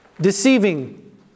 deceiving